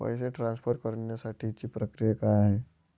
पैसे ट्रान्सफर करण्यासाठीची प्रक्रिया काय आहे?